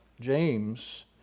James